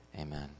amen